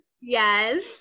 Yes